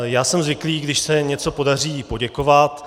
Já jsem zvyklý, když se něco podaří, poděkovat.